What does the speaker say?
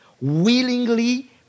willingly